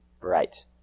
Right